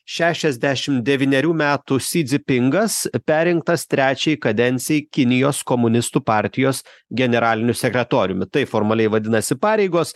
šešiasdešim devynerių metų si dzipingas perrinktas trečiai kadencijai kinijos komunistų partijos generaliniu sekretoriumi taip formaliai vadinasi pareigos